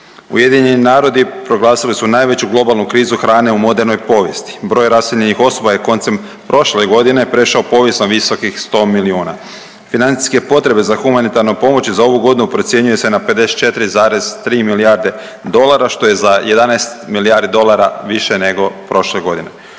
Ujedinjeni narodi proglasili su najveću globalnu krizu hrane u modernoj povijesti. Broj raseljenih osoba je koncem prošle godine prešao povijesno visokih sto milijuna. Financijske potrebe za humanitarnom pomoći za ovu godinu procjenjuje se na 54,3 milijarde dolara što je za 11 milijardi dolara više nego prošle godine.